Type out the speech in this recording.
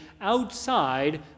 outside